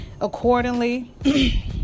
accordingly